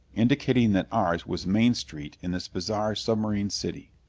indicating that ours was main street in this bizarre submarine city.